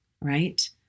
right